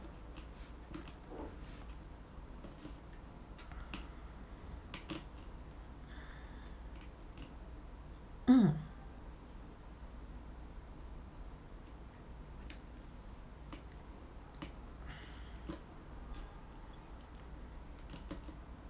mm